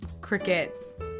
cricket